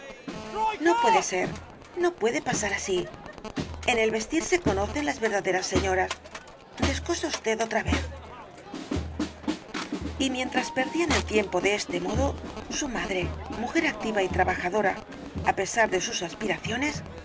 no puede ser no puede pasar así en el vestir se conocen las verdaderas señoras descosa usted otra vez y mientras perdían el tiempo de este modo su madre mujer activa y trabajadora á pesar de sus aspiraciones